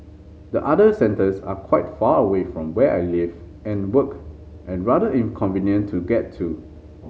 the other centres are quite far away from where I live and work and rather inconvenient to get to